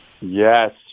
Yes